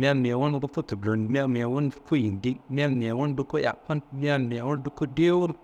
Mea- n mewu n luko tullo n, mea- n mewu n luko yindi n, mea- n mewu n luko yaku n, mea- n luko dewu n,